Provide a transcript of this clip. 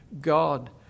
God